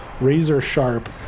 razor-sharp